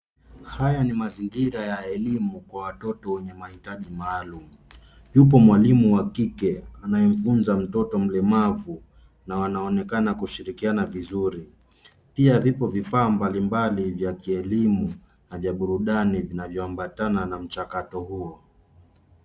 Haya ni mazingira ya elimu kwa watoto wenye mahitaji maalum. Yupo mwalimu wa kike anayemfunza mtoto mlemavu na wanaonekana kushurikiana vizuri. Pia vipo vifaa mbalimbali vya kielimu na vya burudani vinavyo ambatana na mchakato huo.